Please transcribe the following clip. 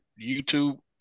YouTube